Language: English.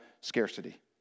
scarcity